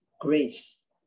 grace